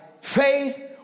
faith